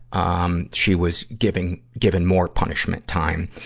um, she was giving, given more punishment time.